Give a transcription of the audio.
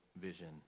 vision